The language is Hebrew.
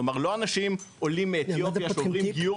כלומר לא אנשים שעולים מאתיופיה שעוברים גיור